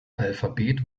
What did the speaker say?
alphabet